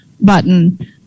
button